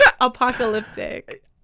Apocalyptic